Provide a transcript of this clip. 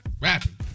rapping